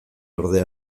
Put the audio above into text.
ordea